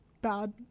bad